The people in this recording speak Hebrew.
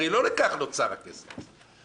הרי לא לכך נוצר הכסף הזה.